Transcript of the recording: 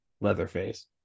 Leatherface